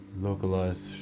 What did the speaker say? localized